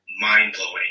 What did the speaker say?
mind-blowing